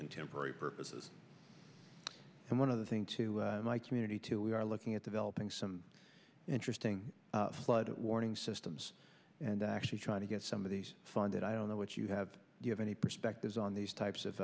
contemporary purposes and one of the thing to my community too we are looking at the belting some interesting flood warning systems and actually trying to get some of these funded i don't know what you have you have any perspectives on these types of